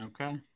Okay